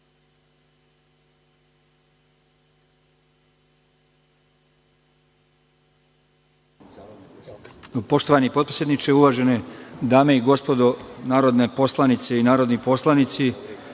Poštovani potpredsedniče, uvažene dame i gospodo narodne poslanice i narodni poslanici,